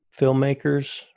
filmmakers